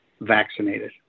vaccinated